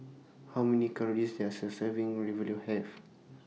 How Many Calories Does A Serving Ravioli Have